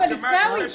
עיסאווי,